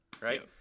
right